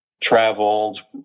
traveled